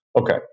okay